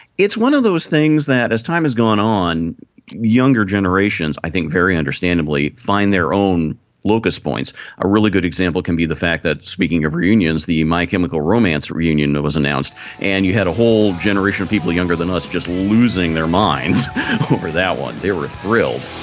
it's one of those things that as time has gone on younger generations i think very understandably find their own locus points a really good example can be the fact that speaking of reunions the my chemical romance reunion was announced and you had a whole generation of people younger than us just losing their minds over that one. they were thrilled.